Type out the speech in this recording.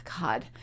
god